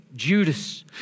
Judas